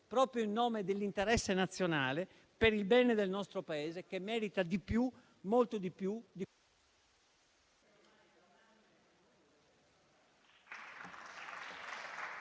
proprio in nome dell'interesse nazionale, per il bene del nostro Paese che merita molto di più...